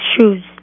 shoes